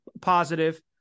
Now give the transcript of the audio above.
positive